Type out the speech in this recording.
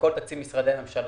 מכל תקציב משרדי הממשלה,